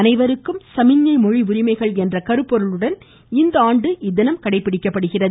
அனைவருக்கும் சமிக்ஞை மொழி உரிமைகள் என்ற கருப்பொருளுடன் இந்த ஆண்டு இத்தினம் கடைப்பிடிக்கப்படுகிறது